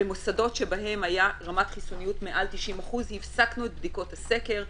במוסדות שבהם הייתה רמת חיסוניות מעל 90% הפסקנו את בדיקות הסקר.